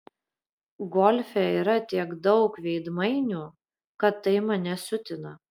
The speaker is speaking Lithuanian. golfe yra tiek daug veidmainių kad tai mane siutina